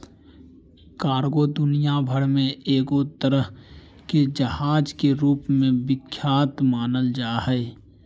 cargo दुनिया भर मे एगो तरह के जहाज के रूप मे विख्यात मानल जा हय